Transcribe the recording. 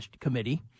Committee